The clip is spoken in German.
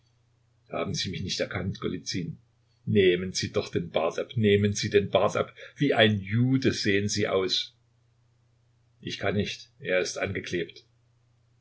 haben sie mich nicht erkannt golizyn nehmen sie doch den bart ab nehmen sie den bart ab wie ein jude sehen sie aus ich kann nicht er ist angeklebt